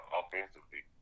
offensively